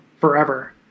forever